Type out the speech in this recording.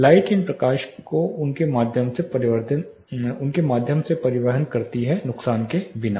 light इन प्रकाश को उनके माध्यम से परिवहन करती है नुकसान के बिना